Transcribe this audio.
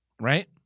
Right